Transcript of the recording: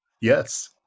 Yes